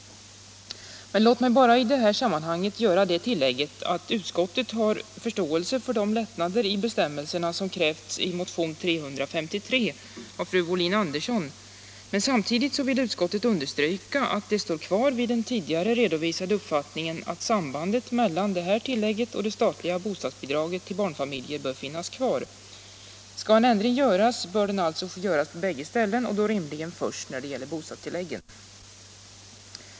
Låt mig bara i det här sammanhanget göra det tillägget att utskottet har förståelse för de lättnader i bestämmelserna som krävs i motion 353 av fru Wohlin-Andersson. Men utskottet vill samtidigt understryka att det står kvar vid den tidigare redovisade uppfattningen, att sambandet mellan detta tillägg och det statliga bostadsbidraget till barnfamiljer bör finnas kvar. Om en ändring skall göras, bör den alltså göras på båda dessa tillägg och då rimligen först när det gäller bostadstillägget.